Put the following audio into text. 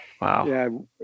Wow